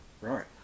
Right